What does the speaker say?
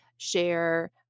share